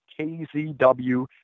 KZW